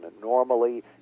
Normally